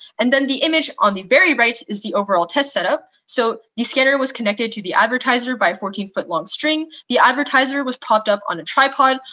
and then the image on the very right is the overall test setup. so the scanner was connected to the advertiser by fourteen foot long string. the advertiser was propped up on a tripod.